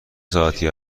ساعتی